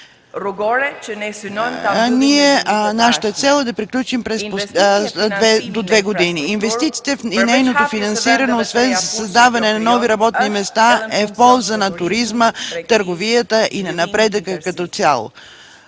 нашата цел е да приключим до две години. Инвестициите и нейното финансиране освен за създаването на нови работни места е от полза и на туризма, търговията и на напредъка като цяло.